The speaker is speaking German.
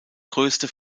größte